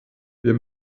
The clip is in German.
wir